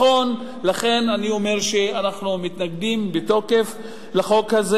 לכן אני אומר שאנחנו מתנגדים בתוקף לחוק הזה.